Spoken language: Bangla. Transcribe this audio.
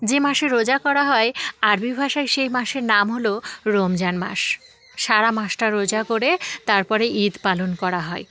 যে মাসে রোজা করা হয় আরবি ভাষায় সেই মাসের নাম হলো রমজান মাস সারা মাসটা রোজা করে তারপরে ঈদ পালন করা হয়